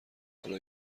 حالا